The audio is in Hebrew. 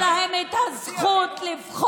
האזרחים שיש להם את הזכות לבחור,